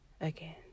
Again